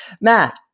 Matt